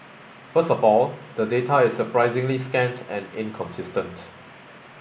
first of all the data is surprisingly scant and inconsistent